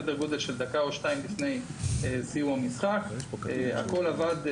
דקה שתיים לפני סיום המשחק, הכול עבד.